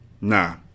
Nah